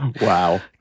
Wow